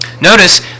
notice